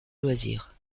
loisirs